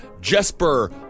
Jesper